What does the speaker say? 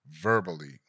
verbally